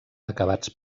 acabats